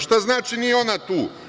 Šta znači – nije ona tu?